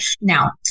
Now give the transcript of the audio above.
now